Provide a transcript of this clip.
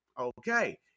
okay